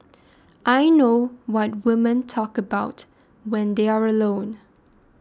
I know what women talk about when they're alone